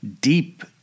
deep